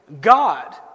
God